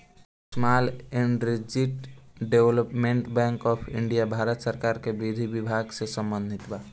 small industries development bank of India Bharat सरकार के विधि विभाग से संबंधित बा